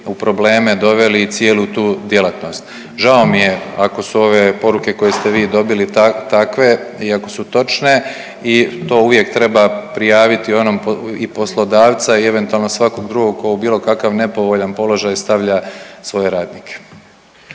u probleme doveli i cijelu tu djelatnost. Žao mi je ako su ove poruke koje ste vi dobili takve i ako su točne i to uvijek treba prijaviti onom i poslodavca i eventualno svakog drugog ko u bilo kakav nepovoljan položaj stavlja svoje radnike.